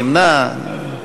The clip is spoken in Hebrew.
נמנע.